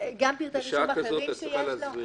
בשעה כזאת את צריכה להסביר לי...